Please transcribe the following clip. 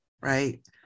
right